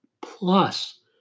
plus